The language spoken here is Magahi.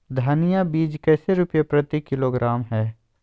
धनिया बीज कैसे रुपए प्रति किलोग्राम है?